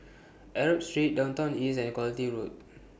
Arab Street Downtown East and Quality Road